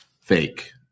fake